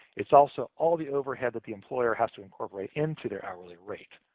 it's also all the overhead that the employer has to incorporate into their hourly rate.